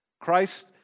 Christ